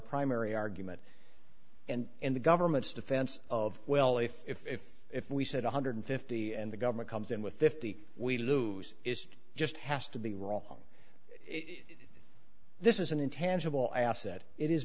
primary argument and in the government's defense of well if if if if we said one hundred fifty and the government comes in with fifty we lose is just has to be wrong this is an intangible asset it is